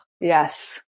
yes